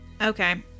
okay